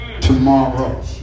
Tomorrow